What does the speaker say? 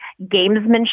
gamesmanship